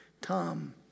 Tom